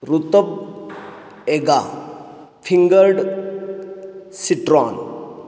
ऋतब एगा fingered citron